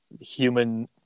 human